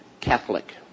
catholic